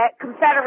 Confederate